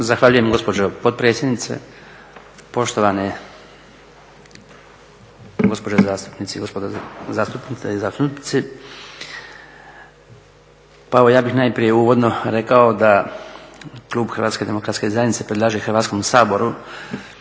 Zahvaljujem gospođo potpredsjednice, poštovane gospođe zastupnice i gospodo zastupnici. Pa evo ja bih najprije uvodno rekao da klub HDZ-a predlaže Hrvatskom saboru